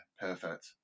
perfect